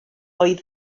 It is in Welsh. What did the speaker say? oedd